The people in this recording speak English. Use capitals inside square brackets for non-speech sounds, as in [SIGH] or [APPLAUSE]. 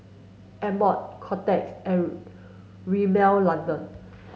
Amore Kotex [UNINTELLIGIBLE] Rimmel London